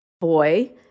boy